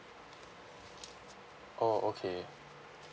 oh okay